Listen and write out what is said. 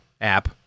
app